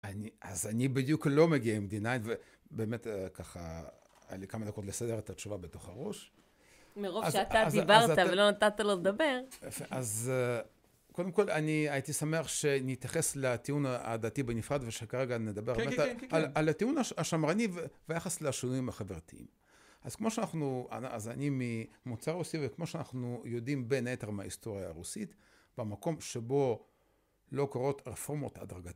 ‫אז אני בדיוק לא מגיע עם D9, ‫ובאמת ככה... ‫היה לי כמה דקות לסדר ‫את התשובה בתוך הראש. ‫מרוב שאתה דיברת, ‫ולא נתת לו לדבר. ‫אז קודם כול, אני הייתי שמח ‫שנתייחס לטיעון הדתי בנפרד, ‫ושכרגע נדבר על הטיעון השמרני ‫והיחס לשינויים החברתיים. ‫אז כמו שאנחנו... ‫אז אני ממוצא רוסי, ‫וכמו שאנחנו יודעים בין היתר ‫מההיסטוריה הרוסית, ‫במקום שבו לא קורות ‫רפורמות